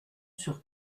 sur